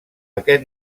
aquest